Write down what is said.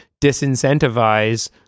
disincentivize